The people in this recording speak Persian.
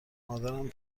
مادرم